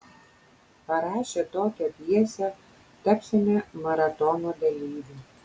parašę tokią pjesę tapsime maratono dalyviu